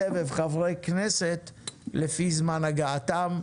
סבב חברי כנסת לפי זמן הגעתם.